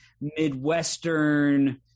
Midwestern